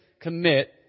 commit